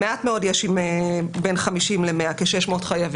מעט מאוד יש עם בין 50 ל-100, כ-600 חייבים.